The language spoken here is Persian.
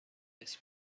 آیرس